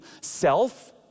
self